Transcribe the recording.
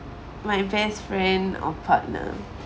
my best friend or partner